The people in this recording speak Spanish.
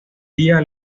día